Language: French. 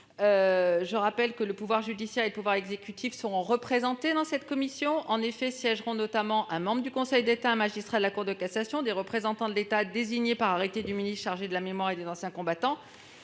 Je rappelle que le pouvoir judiciaire et le pouvoir exécutif seront tous deux représentés dans cette commission, où siégeront notamment un membre du Conseil d'État, un magistrat de la Cour de cassation et des représentants de l'État désignés par arrêté du ministre chargé de la mémoire et des anciens combattants.